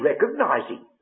recognizing